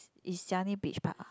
is Changi Beach park ah